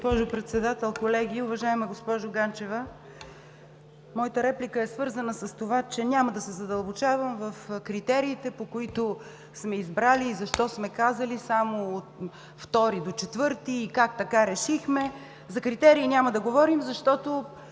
моята реплика е свързана с това, че няма да се задълбочавам в критериите, по които сме избрали и защо сме казали само от II до IV клас и как така решихме. За критерии няма да говорим, защото